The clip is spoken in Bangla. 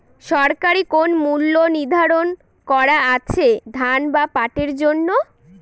সরকারি কোন মূল্য নিধারন করা আছে ধান বা পাটের জন্য?